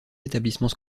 établissements